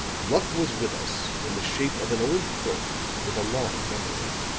luck was with us in the shape of an old clerk with a long memory.